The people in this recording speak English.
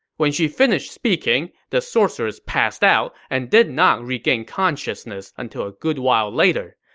when she finished speaking, the sorceress passed out and did not regain consciousness until a good while later.